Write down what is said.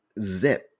Zip